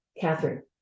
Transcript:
Catherine